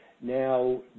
now